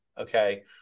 okay